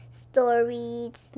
stories